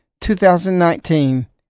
2019